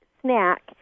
snack